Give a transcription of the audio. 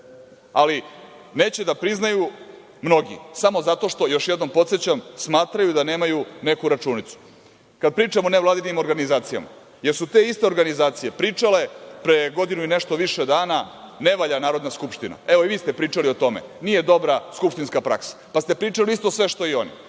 Ali, neće da priznaju mnogi samo zato što, još jednom podsećam, smatraju da nemaju neku računicu. Kada pričamo o nevladinim organizacijama, jel su te iste organizacije pričale pre godinu i nešto više dana – ne valja Narodna Skupština, nije dobra skupštinska praksa, pa ste pričali isto sve što i oni